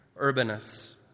Urbanus